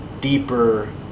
deeper